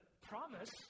promise